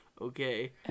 okay